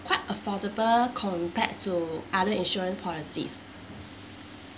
quite affordable compared to other insurance policies